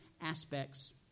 aspects